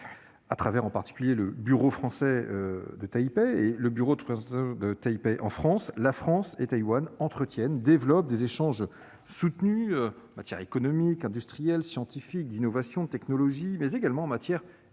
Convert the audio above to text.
À travers en particulier le bureau français de Taipei et le bureau de représentation de Taipei en France, la France et Taïwan entretiennent et développent des échanges soutenus dans les domaines économique, industriel, scientifique, de l'innovation et de la technologie, mais également en matière culturelle